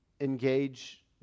engage